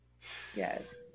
Yes